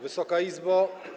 Wysoka Izbo!